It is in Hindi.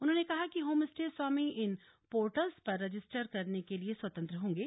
उन्होंने कहा कि होम स्टे स्वामी इन पोर्टलस् पर रजिस्टर करने के लिए स्वतंत्र रहेंगे